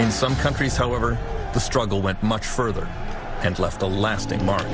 in some countries however the struggle went much further and left a lasting mark